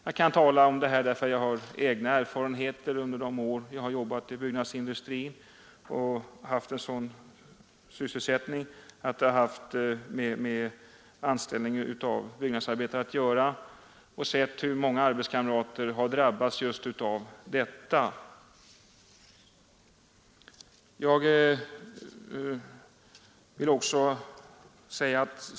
Jag har egna erfarenheter av detta från de år jag jobbat inom byggnadsindustrin och haft en sådan sysselsättning att jag haft med anställningen av byggnadsarbetare att göra. Jag har sett hur många arbetskamrater drabbats av just detta.